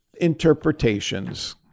interpretations